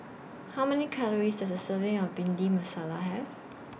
How Many Calories Does A Serving of Bhindi Masala Have